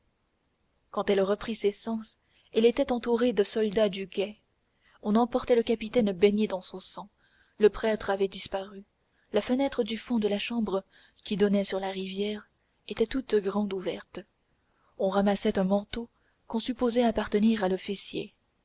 quand elle reprit ses sens elle était entourée de soldats du guet on emportait le capitaine baigné dans son sang le prêtre avait disparu la fenêtre du fond de la chambre qui donnait sur la rivière était toute grande ouverte on ramassait un manteau qu'on supposait appartenir à